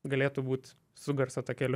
galėtų būt su garso takeliu